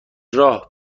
راه